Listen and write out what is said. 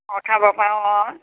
অঁ খাব পাৰোঁ অঁ